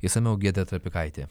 išsamiau giedrė trapikaitė